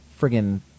friggin